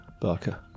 Barker